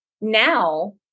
now